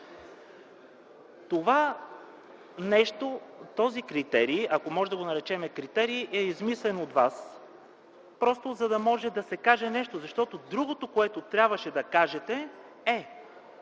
места. Този критерий, ако можем да го наречем критерий, е измислен от вас, просто за да може да се каже нещо, защото другото, което трябваше да кажете, е: